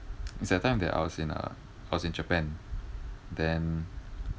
it's that time that I was in uh I was in japan then